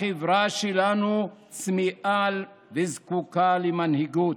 החברה שלנו צמאה וזקוקה למנהיגות.